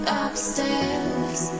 upstairs